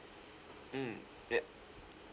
mm ye~